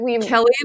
Kelly